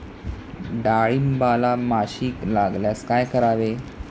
डाळींबाला माशी लागल्यास काय करावे?